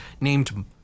named